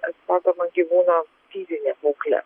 atstatoma gyvūno fizinė būklė